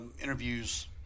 interviews